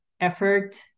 effort